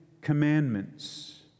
commandments